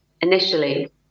initially